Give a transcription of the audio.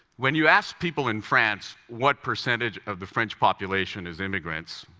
when you ask people in france what percentage of the french population is immigrants,